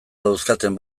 dauzkaten